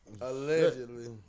Allegedly